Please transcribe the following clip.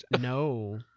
No